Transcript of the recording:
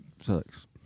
sucks